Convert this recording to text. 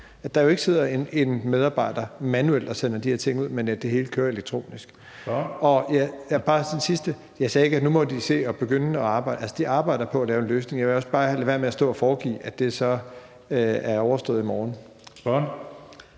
der ikke sidder en medarbejder, der manuelt sender de her ting ud, men at det hele kører elektronisk. Og det sidste skal være, at jeg ikke sagde, at de må se at arbejde, for de arbejder på at lave en løsning. Jeg vil også bare lade være med at stå og foregive, at det så er overstået i morgen.